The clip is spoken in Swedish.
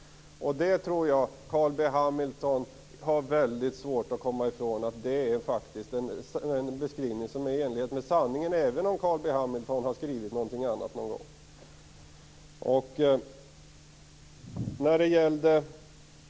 Jag tror att Carl B Hamilton har väldigt svårt att komma ifrån att denna beskrivning faktiskt är i enlighet med sanningen, även om Carl B Hamilton någon gång har skrivit någonting annat.